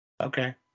Okay